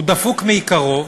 הוא דפוק מעיקרו,